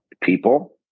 people